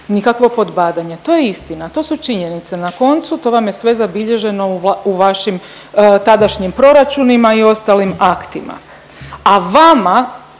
nikakvo podbadanje, to je istina, to su činjenice, na koncu to vam je sve zabilježeno u vašim tadašnjim proračunima i ostalim aktima, a vama